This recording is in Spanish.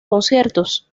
conciertos